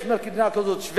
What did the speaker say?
יש מדינה כזאת, שבדיה,